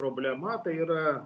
problema tai yra